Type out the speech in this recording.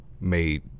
made